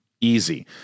Easy